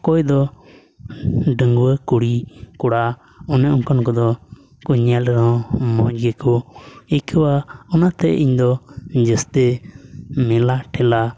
ᱚᱠᱚᱭ ᱫᱚ ᱰᱟᱺᱜᱩᱣᱟᱹ ᱠᱩᱲᱤᱼᱠᱚᱲᱟ ᱚᱱᱮ ᱚᱱᱠᱟᱱ ᱠᱚᱫᱚ ᱧᱮᱞ ᱨᱮ ᱦᱚᱸ ᱢᱚᱡᱽ ᱜᱮᱠᱚ ᱟᱹᱭᱠᱟᱹᱣᱟ ᱚᱱᱟᱛᱮ ᱤᱧ ᱫᱚ ᱡᱟᱹᱥᱛᱤ ᱢᱮᱞᱟ ᱴᱷᱮᱞᱟ